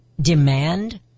demand